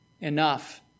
enough